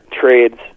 trades